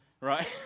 right